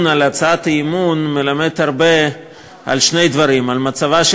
על הצעות האי-אמון מלמדת הרבה על שני דברים: על מצבה של